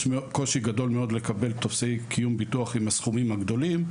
יש קושי גדול מאוד לקבל טופסי קיום ביטוח עם הסכומים הגדולים,